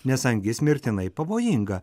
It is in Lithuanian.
nes angis mirtinai pavojinga